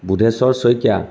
Bodheswar Saikia